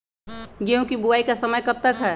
गेंहू की बुवाई का समय कब तक है?